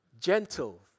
Gentle